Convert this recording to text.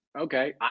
Okay